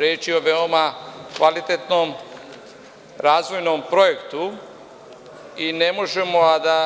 Reč je o veoma kvalitetnom razvojnom projektu i ne možemo a da